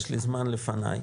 יש לי זמן לפני,